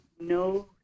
no